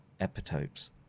epitopes